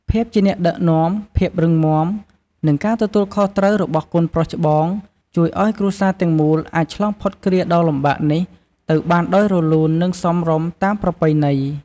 ភាពជាអ្នកដឹកនាំ ភាពរឹងមាំ និងការទទួលខុសត្រូវរបស់កូនប្រុសច្បង ជួយឲ្យគ្រួសារទាំងមូលអាចឆ្លងផុតគ្រាដ៏លំបាកនេះទៅបានដោយរលូន និងសមរម្យតាមប្រពៃណី។